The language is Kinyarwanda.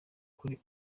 kuri